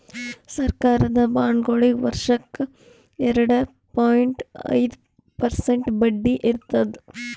ಸರಕಾರದ ಬಾಂಡ್ಗೊಳಿಗ್ ವರ್ಷಕ್ಕ್ ಎರಡ ಪಾಯಿಂಟ್ ಐದ್ ಪರ್ಸೆಂಟ್ ಬಡ್ಡಿ ಇರ್ತದ್